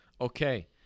Okay